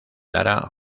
lara